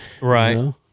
right